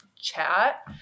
Chat